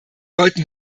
sollten